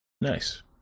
Nice